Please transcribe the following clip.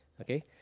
Okay